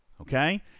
Okay